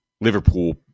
Liverpool